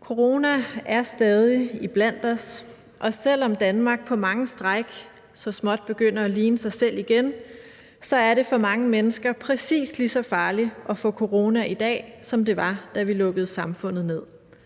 Corona er stadig iblandt os, og selv om Danmark på mange stræk så småt begynder at ligne sig selv igen, er det for mange mennesker præcis lige så farligt at få corona i dag, som det var, da vi lukkede samfundet ned,